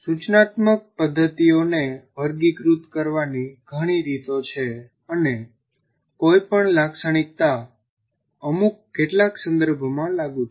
સૂચનાત્મક પદ્ધતિઓને વર્ગીકૃત કરવાની ઘણી રીતો છે અને કોઈપણ લાક્ષણિકતા અમુક કેટલાક સંદર્ભોમાં લાગુ થશે